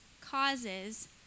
causes